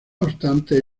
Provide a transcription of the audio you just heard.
obstante